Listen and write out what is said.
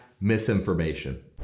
misinformation